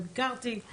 ביקרתי,